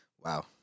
wow